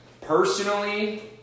Personally